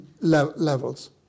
levels